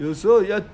有时候要